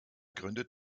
gründet